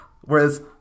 Whereas